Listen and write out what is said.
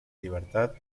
libertad